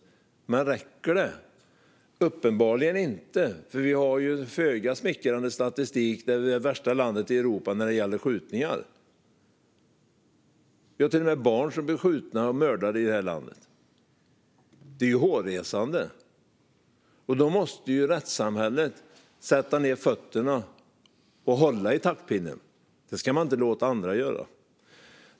Men räcker detta? Uppenbarligen inte - vi har ju en föga smickrande statistik, där vi är det värsta landet i Europa när det gäller skjutningar. Till och med barn blir skjutna och mördade i det här landet. Det är hårresande. Då måste rättssamhället sätta ned foten och hålla i taktpinnen. Det ska man inte låta andra göra.